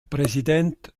präsident